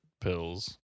pills